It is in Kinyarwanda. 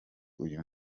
uyu